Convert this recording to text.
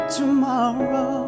tomorrow